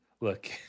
look